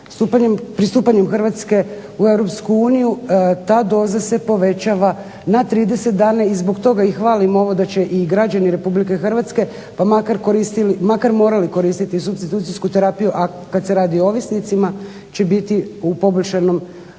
Pristupanjem Hrvatske u Europsku uniju ta doza se povećava na 30 dana, i zbog toga i hvalim ovo da će i građani Republike Hrvatske, pa makar koristili, makar morali koristiti supstitucijsku terapiju a kad se radi o ovisnicima će biti u poboljšanom,